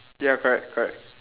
ya correct correct